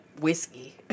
whiskey